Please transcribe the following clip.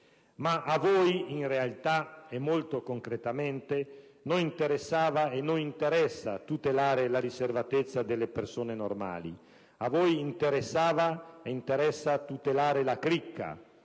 Ma a voi, in realtà e molto concretamente, non interessava e non interessa tutelare la riservatezza delle persone normali: a voi interessava e interessa tutelare la cricca,